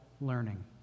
learning